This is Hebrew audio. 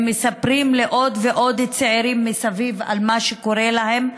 מספרים לעוד ועוד צעירים מסביב על מה שקרה להם,